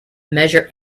measure